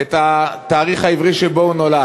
את התאריך העברי שבו הוא נולד,